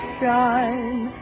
shine